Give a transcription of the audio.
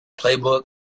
playbook